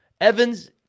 Evans